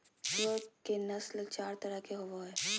सूअर के नस्ल चार तरह के होवो हइ